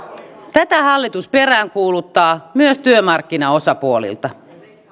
tätä hallitus peräänkuuluttaa myös työmarkkinaosapuolilta